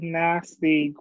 nasty